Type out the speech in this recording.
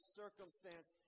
circumstance